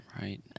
Right